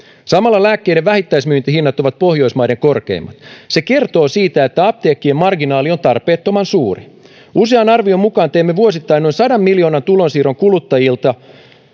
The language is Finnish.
samalla lääkkeiden vähittäismyyntihinnat ovat pohjoismaiden korkeimmat se kertoo siitä että apteekkien marginaali on tarpeettoman suuri usean arvion mukaan teemme vuosittain noin sadan miljoonan tulonsiirron kuluttajilta